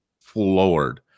floored